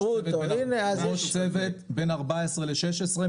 ראש צוות בין 14,000 ל-16,000,